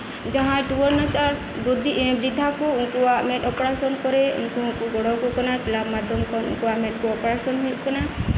ᱡᱟᱸᱦᱟᱭ ᱴᱩᱣᱟᱹᱨ ᱱᱟᱪᱟᱨ ᱵᱤᱨᱫᱷᱟ ᱠᱚ ᱩᱱᱠᱩᱣᱟᱜ ᱢᱮᱜ ᱚᱯᱟᱨᱥᱮᱱ ᱠᱚᱨᱮᱜ ᱩᱱᱠᱩ ᱠᱚ ᱜᱚᱲᱚ ᱟᱠᱚ ᱠᱟᱱᱟ ᱠᱮᱞᱟᱵ ᱢᱟᱫᱽᱫᱷᱚᱢ ᱠᱷᱚᱱ ᱩᱱᱠᱩᱣᱟᱜ ᱢᱮᱫ ᱠᱚ ᱚᱯᱟᱨᱥᱮᱱ ᱦᱩᱭᱩᱜ ᱠᱟᱱᱟ